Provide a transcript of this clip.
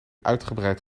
uitgebreid